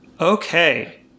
Okay